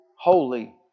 holy